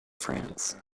france